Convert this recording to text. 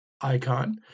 icon